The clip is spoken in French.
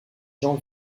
jean